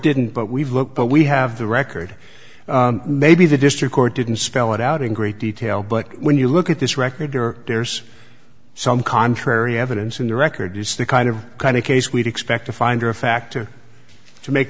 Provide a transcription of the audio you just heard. didn't but we've looked but we have the record maybe the district court didn't spell it out in great detail but when you look at this record or there's some contrary evidence in the record is the kind of kind of case we'd expect to find or a factor to make